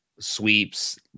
sweeps